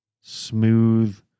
smooth